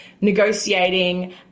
negotiating